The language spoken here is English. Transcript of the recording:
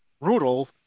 brutal